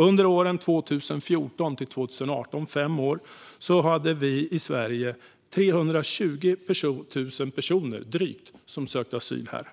Under de fem åren 2014-2018 var det drygt 320 000 personer som sökte asyl här i Sverige.